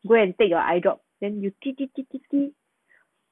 go and take your eye drop then uppo